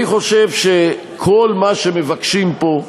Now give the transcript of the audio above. אני חושב שכל מה שמבקשים פה,